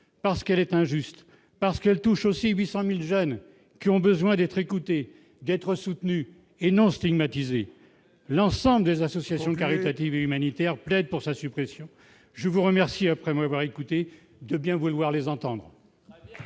parce qu'elle est injuste parce qu'elle touche aussi 800000 jeunes qui ont besoin d'être écoutés, d'être soutenu et non stigmatiser l'ensemble des associations caritatives et humanitaires, plaide pour sa suppression, je vous remercie, après m'avoir écouté de bien vouloir les entendre.